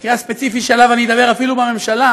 במקרה הספציפי שעליו אני אדבר אפילו בממשלה,